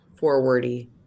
forwardy